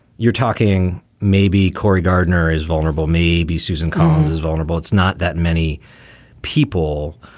you're talking maybe cory gardner is vulnerable. maybe susan collins is vulnerable. it's not that many people.